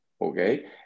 okay